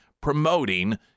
promoting